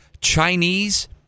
Chinese